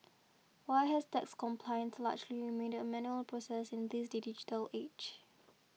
why has tax compliance largely remained a manual process in this digital age